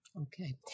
Okay